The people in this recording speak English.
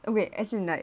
wait as in like